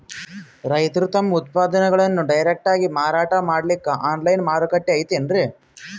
ರೈತರು ತಮ್ಮ ಉತ್ಪನ್ನಗಳನ್ನು ಡೈರೆಕ್ಟ್ ಆಗಿ ಮಾರಾಟ ಮಾಡಲಿಕ್ಕ ಆನ್ಲೈನ್ ಮಾರುಕಟ್ಟೆ ಐತೇನ್ರೀ?